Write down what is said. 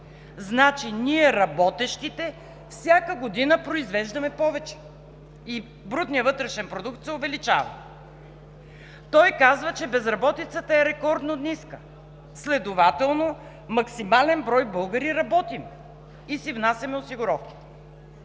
Значи ние, работещите, всяка година произвеждаме повече и брутният вътрешен продукт се увеличава. Той казва, че безработицата е рекордно ниска. Следователно максимален брой българи работим и си внасяме осигуровките.